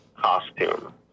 costume